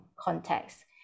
context